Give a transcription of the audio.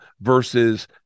versus